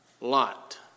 lot